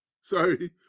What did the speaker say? sorry